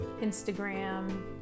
Instagram